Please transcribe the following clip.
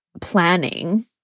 planning